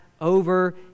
over